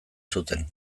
zuten